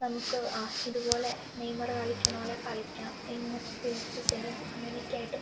നമുക്ക് ആ ഇതുപോലെ നെയ്മർ കളിക്കണ പോലെ കളിക്കാം ഇന്ന സ്കിൽസ് ചെയ്യാം അങ്ങനെയൊക്കെ ആയിട്ടും